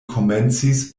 komencis